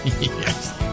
Yes